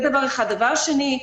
דבר שני,